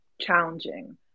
challenging